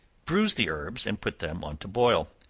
bruise the herbs, and put them on to boil,